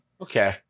Okay